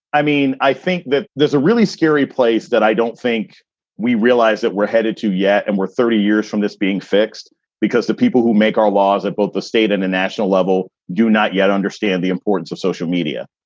i mean, i think that there's a really scary place that i don't think we realize that we're headed to yet. and we're thirty years from this being fixed because the people who make our laws at both the state and the national level do not yet understand the importance of social media.